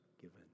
given